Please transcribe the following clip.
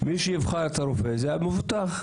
מי שיבחר את הרופא זה המבוטח.